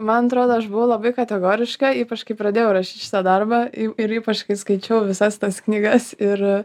man atrodo aš buvau labai kategoriška ypač kai pradėjau rašyt šitą darbą ir ypač kai skaičiau visas tas knygas ir